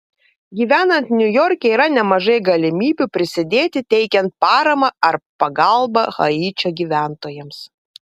gyvenant niujorke yra nemažai galimybių prisidėti teikiant paramą ar pagalbą haičio gyventojams